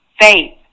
faith